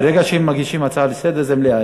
ברגע שמגישים הצעה לסדר זה מליאה.